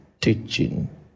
teaching